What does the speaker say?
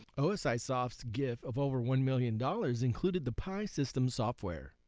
osisoft's gift of over one million dollars included the pi system software.